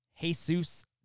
Jesus